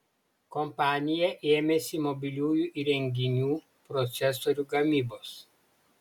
kompanija ėmėsi mobiliųjų įrenginių procesorių gamybos